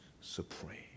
supreme